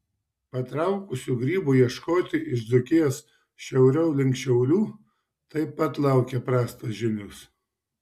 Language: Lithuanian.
patraukusių grybų ieškoti iš dzūkijos šiauriau link šiaulių taip pat laukia prastos žinios